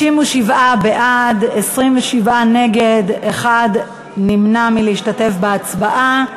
57 בעד, 27 נגד, אחד נמנע מלהשתתף בהצבעה.